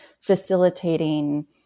facilitating